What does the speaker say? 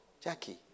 Jackie